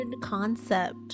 concept